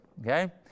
Okay